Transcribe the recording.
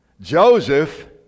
Joseph